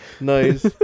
Nice